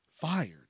fired